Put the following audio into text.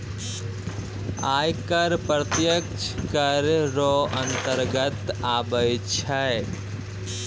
आय कर प्रत्यक्ष कर रो अंतर्गत आबै छै